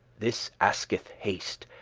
this asketh haste,